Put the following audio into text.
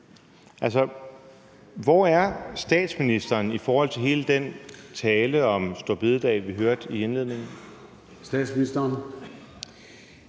Hvor er statsministeren i forhold til hele den tale om store bededag, vi hørte i indledningen? Kl.